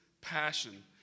passion